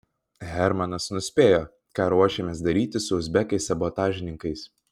hermanas nuspėjo ką ruošiamės daryti su uzbekais sabotažininkais